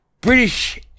British